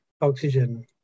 oxygen